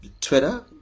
Twitter